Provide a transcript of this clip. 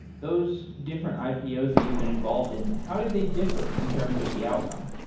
those different ipos that you've been involved in, how did they differ in terms of the outcome?